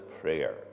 prayer